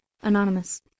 Anonymous